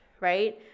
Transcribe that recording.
right